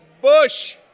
Bush